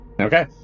Okay